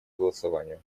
голосованию